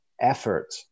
effort